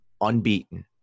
unbeaten